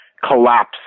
Collapse